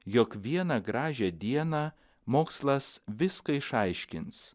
jog vieną gražią dieną mokslas viską išaiškins